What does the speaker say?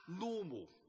normal